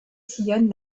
sillonne